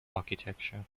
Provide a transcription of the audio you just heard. architecture